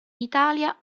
italia